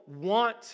want